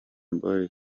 boys